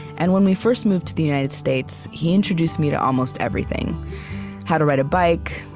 and when we first moved to the united states, he introduced me to almost everything how to ride a bike,